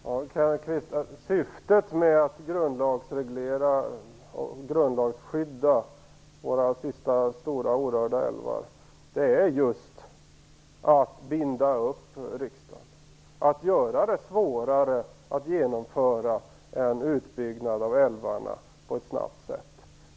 Herr talman! Syftet med att grundlagsreglera och grundlagsskydda våra sista stora orörda älvar är just att binda upp riksdagen och att göra det svårare att genomföra en utbyggnad av älvarna på ett snabbt sätt.